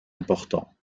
importants